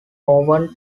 owen